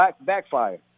backfire